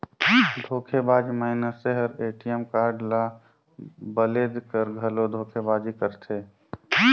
धोखेबाज मइनसे हर ए.टी.एम कारड ल बलेद कर घलो धोखेबाजी करथे